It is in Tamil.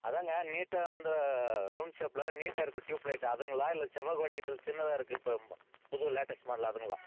அதுதாங்க நீட்டாக அந்த ரௌண்ட் ஷேப்பில் நீட்டாக இருக்கற ட்யூப் லைட் அதுங்களா இல்லை செவ்வக வடிவத்தில் சின்னதாக இருக்குது இப்போ ம்ம புது லேட்டஸ்ட் மாடல் அதுங்களா